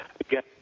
again